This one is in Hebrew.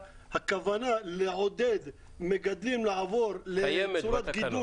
שהכוונה לעודד מגדלים לעבור לצורת גידול